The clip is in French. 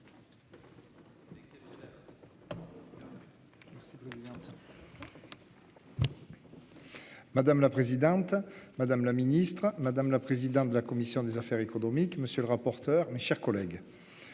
Madame la présidente, madame la ministre, madame la présidente de la commission des affaires économiques. Monsieur le rapporteur. Mes chers collègues.--